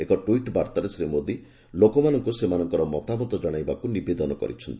ଏକ ଟ୍ୱିଟ୍ ବାର୍ଭାରେ ଶ୍ରୀ ମୋଦି ଲୋକମାନଙ୍କୁ ସେମାନଙ୍କର ମତାମତ ଜଶାଇବାକୁ ନିବେଦନ କରିଛନ୍ତି